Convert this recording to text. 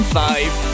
five